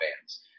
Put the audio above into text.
fans